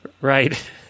Right